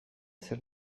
zer